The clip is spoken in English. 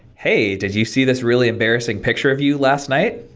hey, did you see this really embarrassing picture of you last night?